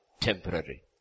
temporary